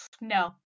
No